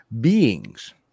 beings